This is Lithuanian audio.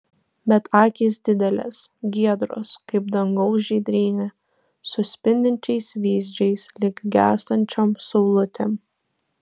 bet akys didelės giedros kaip dangaus žydrynė su spindinčiais vyzdžiais lyg gęstančiom saulutėm